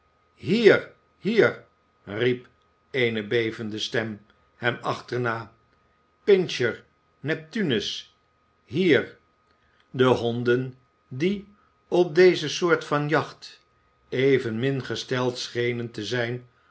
hier hier riep eene bevende stem hem achterna pincher neptunus hier de honden die op deze soort van jacht evenmin gesteld schenen te zijn